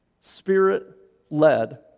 Spirit-led